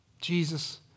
Jesus